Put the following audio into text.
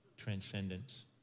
Transcendence